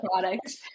products